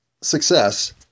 success